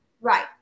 right